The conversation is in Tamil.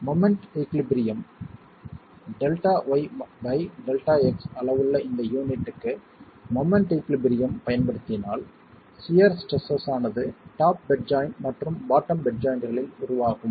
எனவே moment equilibrium Δy by Δx அளவுள்ள இந்த யூனிட்க்கு மொமெண்ட் ஈகுழிபறியும் பயன்படுத்தினால் சியர் ஸ்ட்ரெஸ்ஸஸ் ஆனது டாப் பெட் ஜாய்ண்ட் மற்றும் பாட்டம் பெட் ஜாய்ண்ட்களில் உருவாகும்